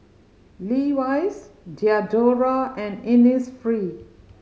Levi's Diadora and Innisfree